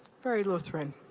very lutheran.